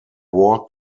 war